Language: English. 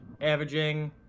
averaging